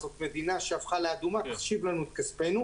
זאת מדינה שהפכה לאדומה, השיבו לנו את כספינו.